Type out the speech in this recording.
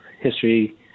history